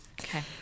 Okay